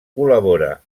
col·labora